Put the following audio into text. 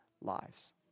lives